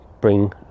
bring